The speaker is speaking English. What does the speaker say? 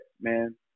man